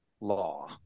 law